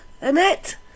Annette